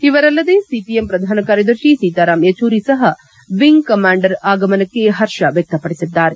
ಇವರಲ್ಲದೆ CPM ಪ್ರಧಾನ ಕಾರ್ಯದರ್ಶಿ ಸೀತಾರಾಮ್ ಯಚೂರಿ ಸಹ ವಿಂಗ್ ಕಮಾಂಡರ್ ಆಗಮನಕ್ಕೆ ಹರ್ಷ ವ್ಯಕ್ತಪಡಿಸಿದ್ದಾರೆ